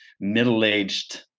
middle-aged